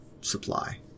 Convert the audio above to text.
Supply